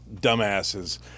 dumbasses